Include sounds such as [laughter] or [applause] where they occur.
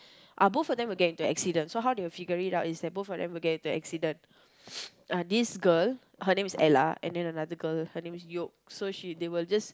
[breath] ah both of them will get into accident so how they will figure it out is that both of them will get into accident [noise] this girl her name is Ella and then another girl her name is Yoke so she they will just